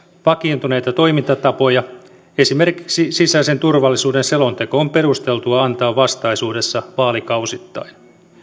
vakiintuneita toimintatapoja esimerkiksi sisäisen turvallisuuden selonteko on perusteltua antaa vastaisuudessa vaalikausittain